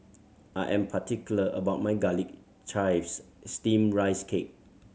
I am particular about my Garlic Chives Steamed Rice Cake